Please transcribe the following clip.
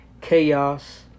chaos